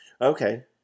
Okay